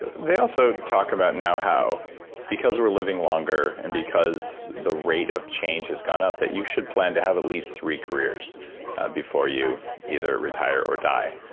they also talk about now how because we're living longer, and because the rate of change has gone up, that you should plan to have at least three careers before you either retire or die.